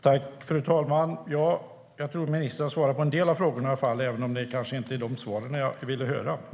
Fru talman! Jag tror att ministern har svarat på en del av frågorna i alla fall, även om det inte var de svar jag ville höra.